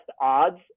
odds